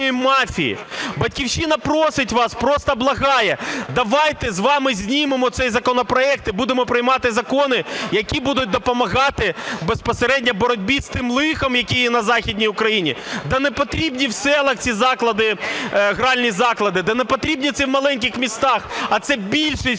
"Батьківщина" просить вас, просто благає, давайте з вами знімемо цей законопроект і будемо приймати закони, які будуть допомагати безпосередньо боротьбі з тим лихом, яке є на Західній Україні. Де непотрібні в селах ці гральні заклади, де непотрібно це в маленьких містах, а це більшість